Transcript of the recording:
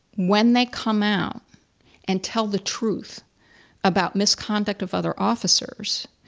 when they come out and tell the truth about misconduct of other officers,